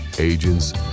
agents